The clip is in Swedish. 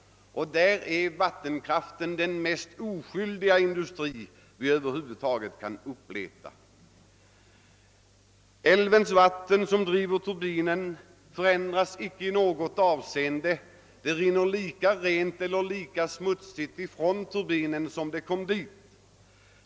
Därvidlag är vattenkraften den mest oskyldiga industri som vi över huvud taget kan uppleta. Älvens vatten som driver turbinen, förändras icke i något avseende; det rinner lika rent eller lika smutsigt ifrån turbinen som det kom dit.